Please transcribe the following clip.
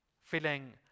feeling